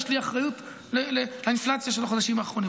יש לי אחריות לאינפלציה של החודשים האחרונים.